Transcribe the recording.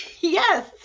Yes